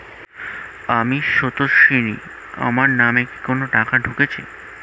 আমি স্রোতস্বিনী, আমার নামে কি কোনো টাকা ঢুকেছে?